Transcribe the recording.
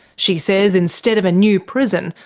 she says instead of a new prison,